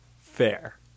Fair